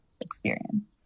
experience